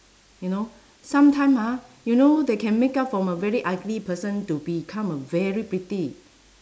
you know sometime ah you know they can makeup from a very ugly person to become a very pretty